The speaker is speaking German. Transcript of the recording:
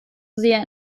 sehr